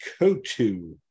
Kotu